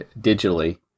digitally